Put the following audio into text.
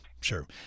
sure